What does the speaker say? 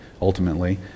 ultimately